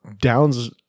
downs